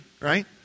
right